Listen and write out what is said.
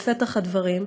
בפתח הדברים,